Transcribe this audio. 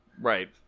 Right